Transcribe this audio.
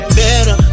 better